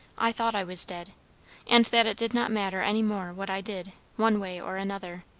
i thought i was dead and that it did not matter any more what i did, one way or another.